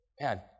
man